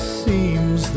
seems